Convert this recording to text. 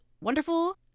wonderful